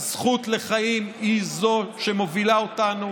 הזכות לחיים היא זו שמובילה אותנו.